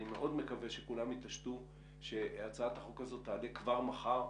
אני מאוד מקווה שכולם יתעשתו ושהצעת החוק הזאת תעלה כבר מחר,